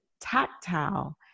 tactile